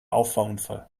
auffahrunfall